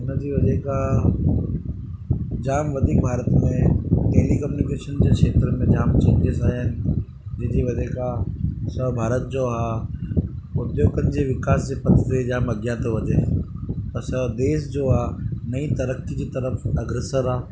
उनजी वजह खां जाम वधीक भारत में डेली कम्यूनिकेशन जे खेत्र में जाम चेंजिस आयां आहिनि जंहिंजी वजह खां असांजे भारत जो आहे उधोगनि जे विकास जे पथ ते जाम अॻियां तो वधे असांजो देश जो आहे नई तरक़ी की तर्फ़ु अग्रसर आहे